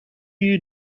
you